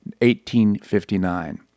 1859